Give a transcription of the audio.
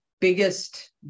biggest